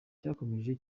cyakomeje